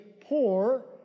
poor